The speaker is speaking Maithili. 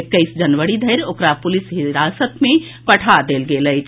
एक्कैस जनवरी धरि ओकरा पुलिस हिरासत मे पठा देल गेल अछि